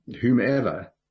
whomever